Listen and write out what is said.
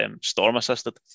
storm-assisted